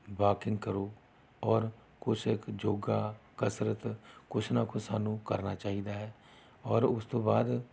walking ਕਰੋ ਔਰ ਕੁਛ ਕੁ ਯੋਗਾ ਕਸਰਤ ਕੁਛ ਨਾ ਕੁਛ ਸਾਨੂੰ ਕਰਨਾ ਚਾਹੀਦਾ ਹੈ ਔਰ ਉਸ ਤੋਂ ਬਾਅਦ